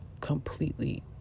completely